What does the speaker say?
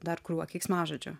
dar krūva keiksmažodžių